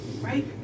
right